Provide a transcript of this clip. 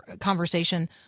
conversation